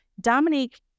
Dominique